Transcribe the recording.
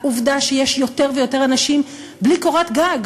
העובדה שיש יותר ויותר אנשים בלי קורת גג,